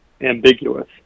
ambiguous